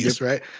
right